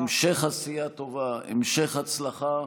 המשך עשייה טובה, המשך הצלחה,